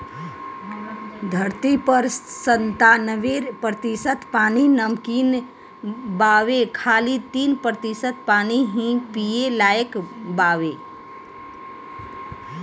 धरती पर पर संतानबे प्रतिशत पानी नमकीन बावे खाली तीन प्रतिशत पानी ही पिए लायक बावे